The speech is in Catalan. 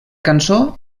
cançó